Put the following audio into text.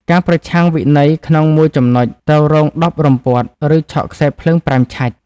ការប្រឆាំងវិន័យក្នុងមួយចំណុច ត្រូវរង ១០ រំពាត់ ឬឆក់ខ្សែរភ្លើង ៥ ឆាច់ ។